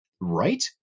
right